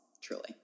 truly